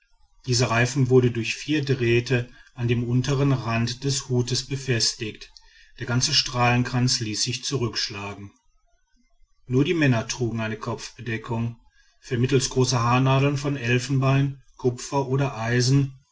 dieser reifen wurde durch vier drähte an dem untern rand des hutes befestigt der ganze strahlenkranz ließ sich zurückschlagen gekünstelter haarputz eines niamniam nur die männer trugen eine kopfbedeckung vermittels großer haarnadeln von elfenbein kupfer oder eisen